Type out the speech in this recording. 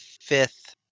fifth